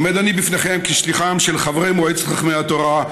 עומד אני בפניכם כשליחם של חברי מועצת חכמי התורה,